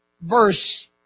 verse